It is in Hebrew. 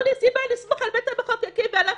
תנו לי סיבה לסמוך על בית המחוקקים ועל זה